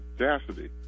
audacity